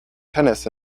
tennis